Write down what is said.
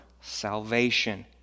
salvation